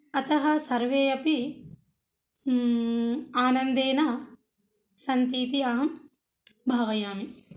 अतः सर्वे अपि आनन्देन सन्ति इति अहं भावयामि